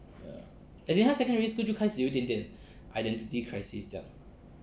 ya as in 他 secondary school 就开始有一点点 identity crisis 这样